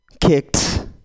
kicked